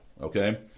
Okay